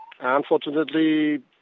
Unfortunately